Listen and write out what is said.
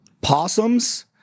Possums